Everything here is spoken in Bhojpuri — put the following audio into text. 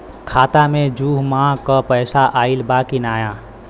खाता मे जून माह क पैसा आईल बा की ना?